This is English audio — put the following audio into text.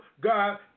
God